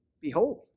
Behold